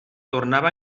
tornava